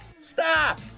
Stop